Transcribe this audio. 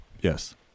Yes